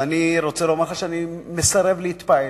ואני רוצה לומר לך שאני מסרב להתפעל.